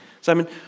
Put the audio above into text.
Simon